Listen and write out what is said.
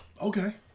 Okay